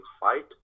fight